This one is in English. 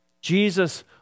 Jesus